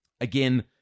Again